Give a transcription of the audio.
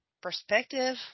perspective